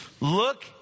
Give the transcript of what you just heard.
Look